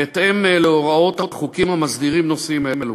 בהתאם להוראות החוקים המסדירים נושאים אלו.